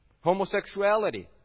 Homosexuality